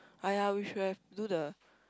!aiya! we should have do the